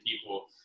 people